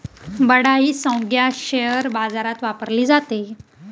बडा ही संज्ञा शेअर बाजारात वापरली जाते